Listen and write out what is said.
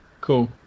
cool